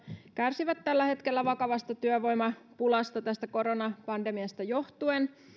kärsivät tällä hetkellä vakavasta työvoimapulasta koronapandemiasta johtuen